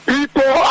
People